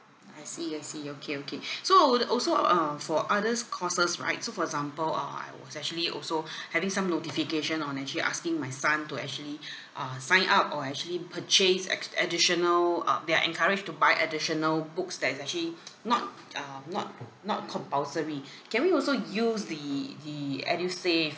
I see I see okay okay so I'd also uh err for others courses right so for example uh I was actually also having some notification on actually asking my son to actually uh sign up or actually purchase ex~ additional uh they're encouraged to buy additional books that is actually not uh not not compulsory can we also use the the edusave